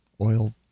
oil